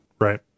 Right